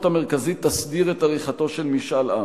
המרכזית תסדיר את עריכתו של משאל עם.